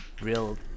real